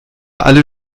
alle